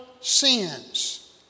sins